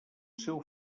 seu